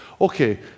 Okay